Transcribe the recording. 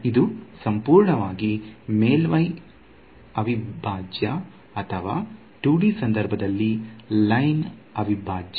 ಇದು ಸಂಪೂರ್ಣವಾಗಿ ಮೇಲ್ಮೈ ಅವಿಭಾಜ್ಯ ಅಥವಾ 2 ಡಿ ಸಂದರ್ಭದಲ್ಲಿ ಲೈನ್ ಅವಿಭಾಜ್ಯ